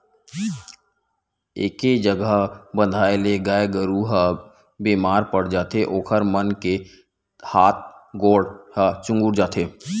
एके जघा बंधाए ले गाय गरू ह बेमार पड़ जाथे ओखर मन के हात गोड़ ह चुगुर जाथे